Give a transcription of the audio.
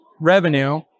revenue